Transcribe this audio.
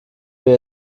wir